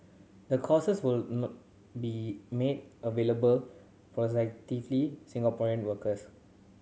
the courses will be made available Singaporean workers